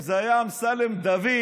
אם זה היה אמסלם דוד,